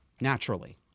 naturally